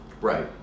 Right